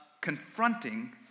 confronting